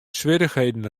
swierrichheden